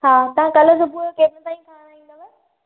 हा तव्हां कल्ह सुबुहजो कंहिं महिल ताईं खणणु ईंदव